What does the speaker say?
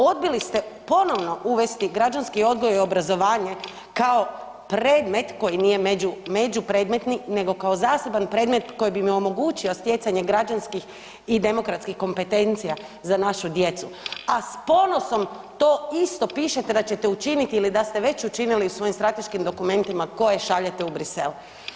Odbili ste ponovno uvesti građanski odgoj i obrazovanje kao predmet koji nije međupredmetni, nego kao zaseban predmet koji bi im omogućio stjecanje građanskih i demokratskih kompetencija za našu djecu, s ponosom to isto pišete da ćete učiniti ili da ste već učinili u svojim strateškim dokumentima koje šaljete u Bruxelles.